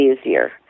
easier